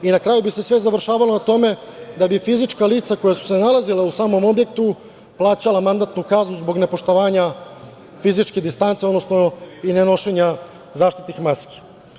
Na kraju bi se sve završavalo na tome da bi fizička lica koja su se nalazila u samom objektu plaćala mandatnu kaznu zbog nepoštovanja fizičke distance, odnosno ne nošenja zaštitnih maski.